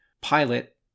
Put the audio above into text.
pilot